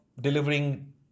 delivering